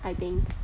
I think